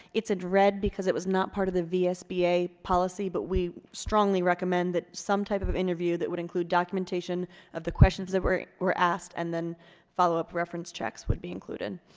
it's in red because it was not part of the vsba policy, but we strongly recommend that some type of of interview that would include documentation of the questions that were were asked and then follow up reference checks would be included.